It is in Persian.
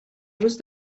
روز